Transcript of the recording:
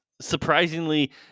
surprisingly